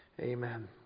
Amen